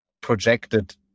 projected